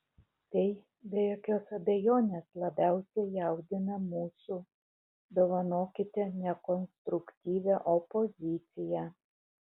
tai be jokios abejonės labiausiai jaudina mūsų dovanokite nekonstruktyvią opoziciją